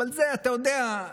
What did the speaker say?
אבל זה, אתה יודע,